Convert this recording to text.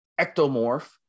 Ectomorph